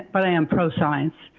but i am pro science.